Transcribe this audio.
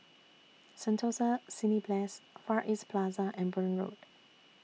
Sentosa Cineblast Far East Plaza and Burn Road